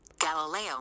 Galileo